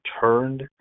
turned